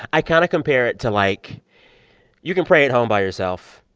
i kind of compare it to like you can pray at home by yourself,